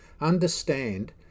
Understand